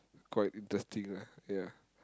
quite interesting lah ya